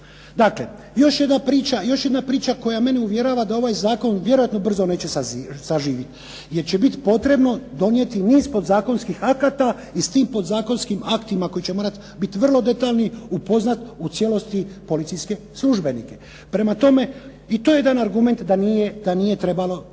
Dakle, još jedna priča koja mene uvjerava da ovaj zakon vjerojatno brzo neće saživit jer će biti potrebno donijeti niz podzakonskih akata i s tim podzakonskim aktima koji će morati biti vrlo detaljni, upoznat u cijelosti policijske službenika. Prema tome, i to je jedan argument da nije trebalo